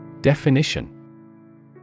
Definition